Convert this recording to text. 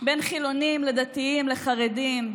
בין חילונים לדתיים לחרדים,